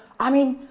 i mean,